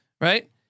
Right